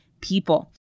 people